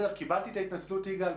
קיבלתי את ההתנצלות, יגאל.